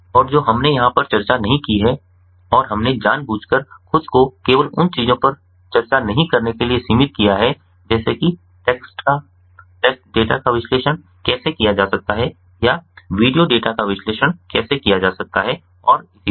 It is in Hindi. और जो हमने यहां पर चर्चा नहीं की है और हमने जानबूझकर खुद को केवल उन चीजों पर चर्चा नहीं करने के लिए सीमित किया है जैसे कि टेक्स्ट का टेक्स्ट डेटा का विश्लेषण कैसे किया जा सकता है या वीडियो डेटा का विश्लेषण कैसे किया जा सकता है और इसी तरह